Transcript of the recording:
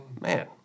man